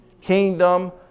kingdom